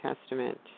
Testament